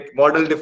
model